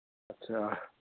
अच्छा